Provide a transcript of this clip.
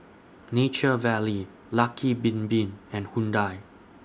Nature Valley Lucky Bin Bin and Hyundai